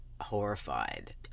horrified